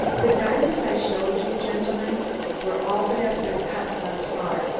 the diamonds i showed you gentlemen were all that have been cut thus far,